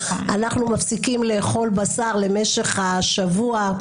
אנחנו מפסיקים לאכול בשר למשך השבוע.